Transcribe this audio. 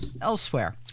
elsewhere